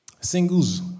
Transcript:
Singles